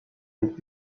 avec